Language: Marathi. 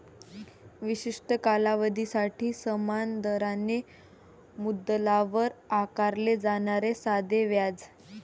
विशिष्ट कालावधीसाठी समान दराने मुद्दलावर आकारले जाणारे साधे व्याज